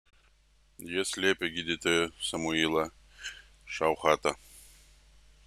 jie slėpė gydytoją samuilą šauchatą